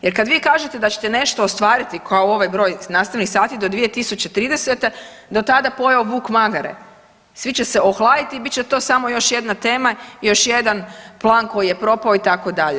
Jer kad vi kažete da ćete nešto ostvariti kao ovaj broj nastavnih sati do 2030. do tada pojeo vuk magare, svi će se ohladiti i bit će to samo još jedna tema i još jedan plan koji je propao itd.